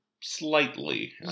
slightly